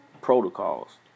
protocols